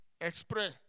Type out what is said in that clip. express